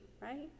right